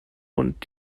und